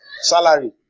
salary